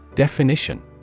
Definition